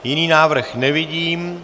Jiný návrh nevidím.